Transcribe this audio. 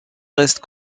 reste